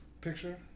picture